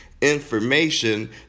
information